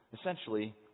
Essentially